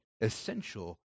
essential